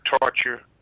torture